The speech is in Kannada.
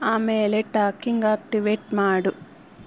ಆಮೇಲೆ ಟಾಕಿಂಗ್ ಆಕ್ಟಿವೇಟ್ ಮಾಡು